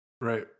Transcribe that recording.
Right